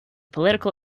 political